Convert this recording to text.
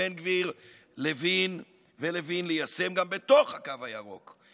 בן גביר ולוין ליישם גם בתוך הקו הירוק,